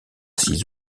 six